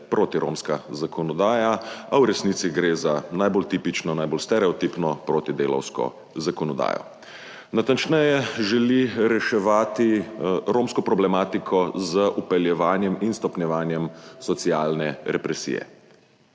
protiromska zakonodaja, a v resnici gre za najbolj tipično, najbolj stereotipno protidelavsko zakonodajo. Natančneje želi reševati romsko problematiko z vpeljevanjem in stopnjevanjem socialne represije,